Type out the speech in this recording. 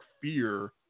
fear